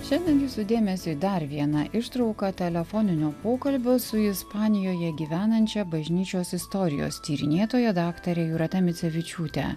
šiandien jūsų dėmesiui dar vieną ištrauka telefoninio pokalbio su ispanijoje gyvenančia bažnyčios istorijos tyrinėtoja daktare jūrate micevičiūte